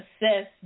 assess